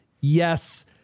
Yes